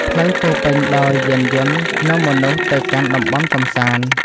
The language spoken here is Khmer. ផ្លូវពោរពេញដោយយានយន្តនាំមនុស្សទៅកាន់តំបន់កម្សាន្ត។